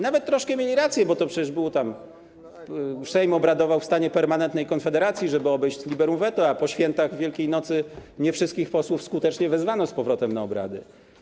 Nawet troszkę mieli rację, bo przecież Sejm obradował w stanie permanentnej konfederacji, żeby obejść liberum veto, a po świętach Wielkiejnocy nie wszystkich posłów skutecznie wezwano z powrotem na obrady.